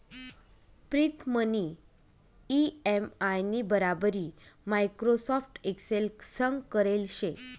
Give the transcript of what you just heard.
प्रीतमनी इ.एम.आय नी बराबरी माइक्रोसॉफ्ट एक्सेल संग करेल शे